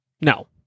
no